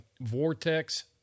Vortex